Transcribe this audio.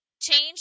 Change